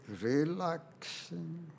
relaxing